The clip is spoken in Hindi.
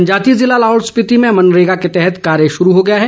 जनजातीय जिला लाहौल स्पीति में मनरेगा के तहत कार्य शुरू हो गया है